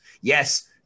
Yes